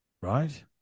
Right